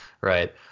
right